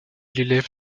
l’élève